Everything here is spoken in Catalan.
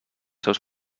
seus